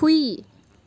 ꯍꯨꯏ